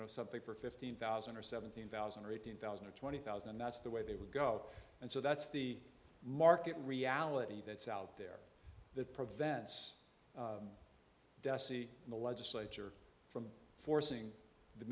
know something for fifteen thousand or seventeen thousand or eighteen thousand or twenty thousand and that's the way they would go and so that's the market reality that's out there that prevents dessie in the legislature from forcing the